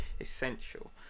Essential